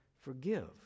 forgive